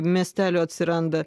miestelio atsiranda